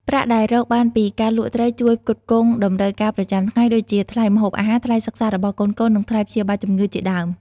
ប្រាក់ដែលរកបានពីការលក់ត្រីជួយផ្គត់ផ្គង់តម្រូវការប្រចាំថ្ងៃ ដូចជាថ្លៃម្ហូបអាហារ ថ្លៃសិក្សារបស់កូនៗ និងថ្លៃព្យាបាលជំងឺជាដើម។